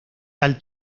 tal